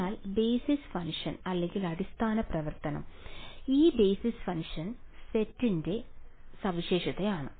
അതിനാൽ basis function അതിനാൽ ഇത് ബേസിസ് ഫംഗ്ഷൻ സെറ്റിന്റെ സവിശേഷതയാണ്